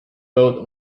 both